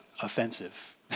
offensive